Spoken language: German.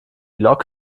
lok